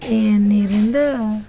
ಈ ನೀರಿಂದು